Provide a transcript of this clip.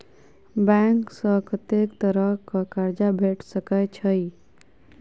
Bank सऽ कत्तेक तरह कऽ कर्जा भेट सकय छई?